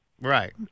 Right